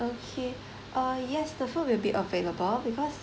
okay uh yes the food will be available because